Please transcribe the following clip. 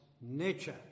nature